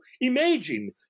imagine